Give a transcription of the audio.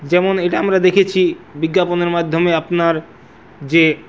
যেমন এটা আমরা দেখেছি বিজ্ঞাপনের মাধ্যমে আপনার যে